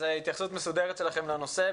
אנא התייחסות מסודרת שלכם לנושא.